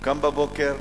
קם בבוקר,